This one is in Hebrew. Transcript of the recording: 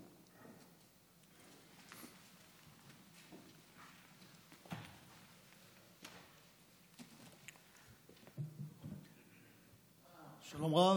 שלום רב,